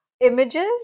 images